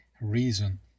reason